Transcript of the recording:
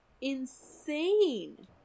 insane